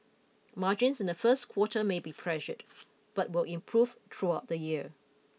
margins in the first quarter may be pressured but will improve throughout the year